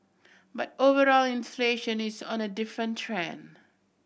but overall inflation is on a different trend